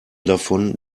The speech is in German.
davon